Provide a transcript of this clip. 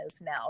Now